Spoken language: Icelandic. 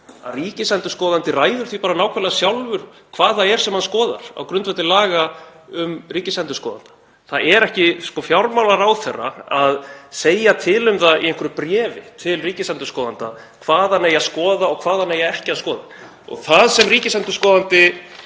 að ríkisendurskoðandi ræður því nákvæmlega sjálfur hvað það er sem hann skoðar á grundvelli laga um ríkisendurskoðanda. Það er ekki fjármálaráðherra að segja til um það í einhverju bréfi til ríkisendurskoðanda hvað hann eigi að skoða og hvað ekki. Það sem ríkisendurskoðandi